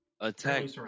attack